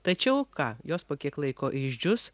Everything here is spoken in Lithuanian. tačiau ką jos po kiek laiko išdžius